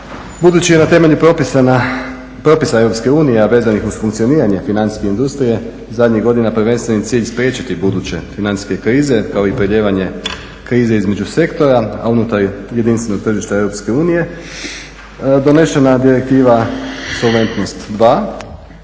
Budući na temelju propisa EU, a vezanih uz funkcioniranje financijske industrije zadnjih godina prvenstveni cilj spriječiti buduće financijske krize kao i prelijevanje krize između sektora, a unutar jedinstvenog tržišta EU donesena Direktiva solventnost 2